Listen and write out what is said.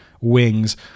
wings